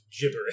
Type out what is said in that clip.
gibberish